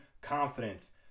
confidence